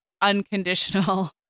unconditional